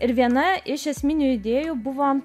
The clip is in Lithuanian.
ir viena iš esminių idėjų buvo